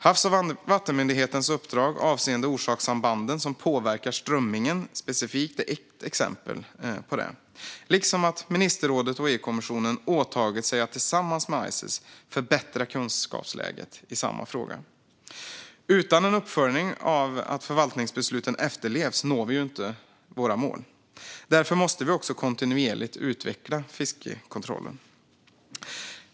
Havs och vattenmyndighetens uppdrag avseende orsakssambanden som påverkar strömmingen specifikt är ett exempel på detta, liksom att ministerrådet och EU-kommissionen åtagit sig att tillsammans med ICES förbättra kunskapsläget i samma fråga. Utan en uppföljning av att förvaltningsbesluten efterlevs når vi inte våra mål. Därför måste vi också kontinuerligt utveckla fiskekontrollen.